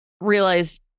realized